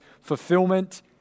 fulfillment